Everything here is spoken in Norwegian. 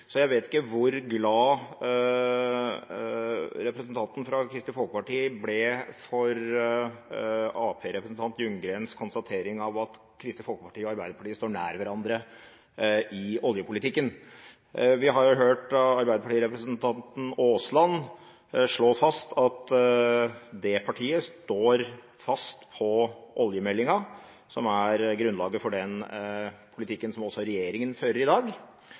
så jeg vet ikke hvor glad representanten fra Kristelig Folkeparti ble for arbeiderpartirepresentanten Ljunggrens konstatering, at Kristelig Folkeparti og Arbeiderpartiet står nær hverandre i oljepolitikken. Vi har jo hørt arbeiderpartirepresentanten Aasland slå fast at det partiet står fast på oljemeldingen, som er grunnlaget for den politikken regjeringen fører i dag,